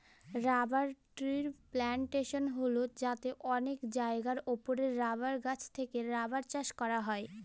rubber ট্রির plantation হল যাতে অনেক জায়গার ওপরে রাবার গাছ থেকে রাবার চাষ করা হয়